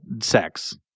sex